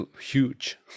huge